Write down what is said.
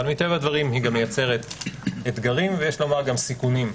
מטבע הדברים היא גם מייצרת אתגרים ויש לומר גם סיכונים.